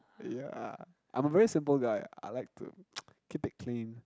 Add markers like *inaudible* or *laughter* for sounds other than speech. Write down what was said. yeah I'm a very simple guy I like to *noise* keep it clean